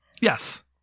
Yes